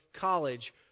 college